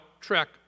trek